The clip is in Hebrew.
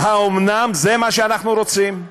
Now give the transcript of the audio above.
האומנם זה מה שאנחנו רוצים?